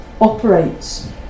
operates